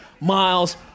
miles